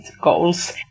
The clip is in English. goals